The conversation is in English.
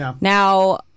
Now